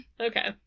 Okay